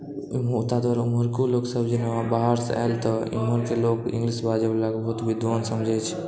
उमहरको लोकसब जेना बाहरसँ आयल तऽ इमहरके लोक इंगलिश बाजै वाला कऽ बहुत विद्वान समझै छै